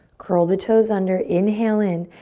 curl the toes under, inhale in.